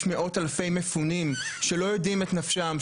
יש מאות אלפי מפונים שלא יודעים את נפשם,